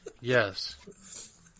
Yes